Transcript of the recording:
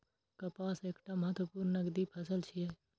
कपास एकटा महत्वपूर्ण नकदी फसल छियै